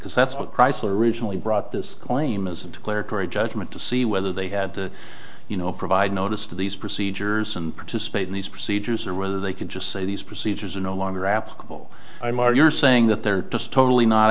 because that's what chrysler originally brought this claim isn't a cleric or a judgment to see whether they had to you know provide notice to these procedures and participate in these procedures or whether they can just say these procedures are no longer applicable i'm are you're saying that they're just totally not